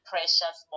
Precious